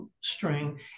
string